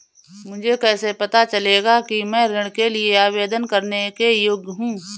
मुझे कैसे पता चलेगा कि मैं ऋण के लिए आवेदन करने के योग्य हूँ?